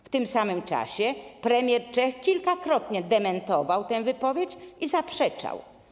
W tym samym czasie premier Czech kilkukrotnie dementował tę wypowiedź i zaprzeczał.